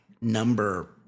number